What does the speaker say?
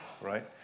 right